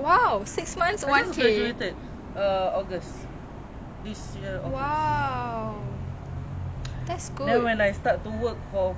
no cause no I have a business course then the teacher keep doing that you know for the economy to run they need the people and singapore main resource is the people so